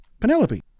Penelope